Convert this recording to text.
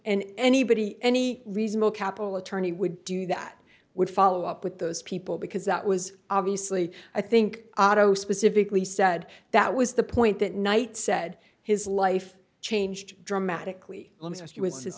and anybody any reasonable capital attorney would do that would follow up with those people because that was obviously i think otto specifically said that was the point that night said his life changed dramatically let me ask you was his